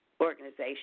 organization